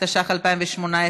התשע"ח 2018,